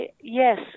yes